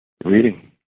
Reading